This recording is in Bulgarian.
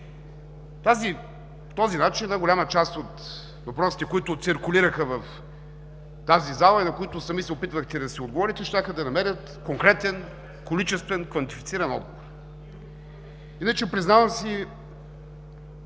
този начин една голяма част от въпросите, които циркулираха в тази зала и на които сами се опитвахте да си отговорите, щяха да намерят конкретен количествен квалифициран отговор. Иначе, признавам си,